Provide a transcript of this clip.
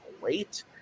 great